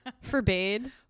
Forbade